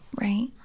right